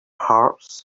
hearts